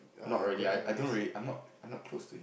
not really I I don't really I'm not I'm not close to him